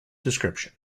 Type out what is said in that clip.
description